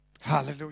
Hallelujah